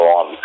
on